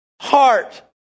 heart